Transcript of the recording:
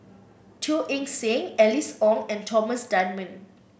Teo Eng Seng Alice Ong and Thomas Dunman